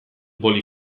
boli